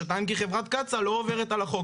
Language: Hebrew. שטען כי חברת קצא"א לא עוברת על החוק.